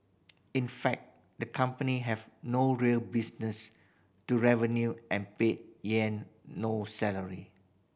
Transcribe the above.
in fact the company have no real business to revenue and paid Yang no salary